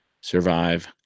survive